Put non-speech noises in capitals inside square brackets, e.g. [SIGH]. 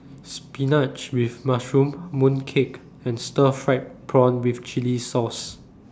Spinach with Mushroom Mooncake and Stir Fried Prawn with Chili Sauce [NOISE]